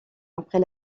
après